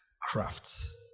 crafts